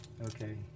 Okay